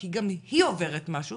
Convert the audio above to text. כי גם היא עוברת משהו,